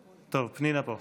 טוב, פנינה פה.